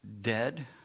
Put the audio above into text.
dead